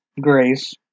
grace